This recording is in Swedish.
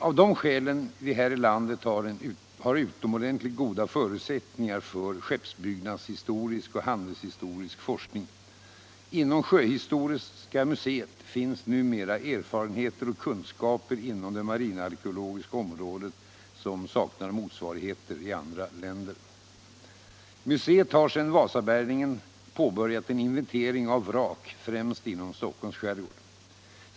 Av dessa skäl har vi här i landet utomordentligt goda förutsättningar för skeppsbyggnadshistorisk och handelshistorisk forskning. Inom sjöhistoriska museet finns numera erfarenheter och kunskaper samlade inom det marinarkeologiska området som torde sakna motsvarigheter i andra länder. Museet har efter Wasabärgningen påbörjat en inventering av vrak, främst inom Stockholms skärgård.